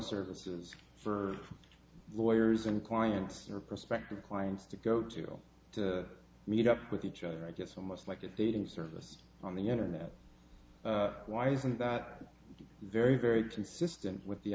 services for lawyers and clients your prospective clients to go to meet up with each other i guess almost like a dating service on the internet why isn't that very very consistent with the